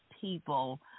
people